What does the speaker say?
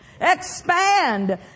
expand